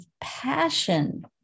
passion